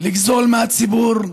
לגזול מהציבור,